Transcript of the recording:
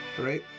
right